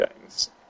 games